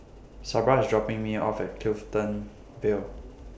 Sabra IS dropping Me off At Clifton Vale